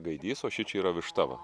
gaidys o šičia yra višta va